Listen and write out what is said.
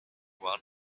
one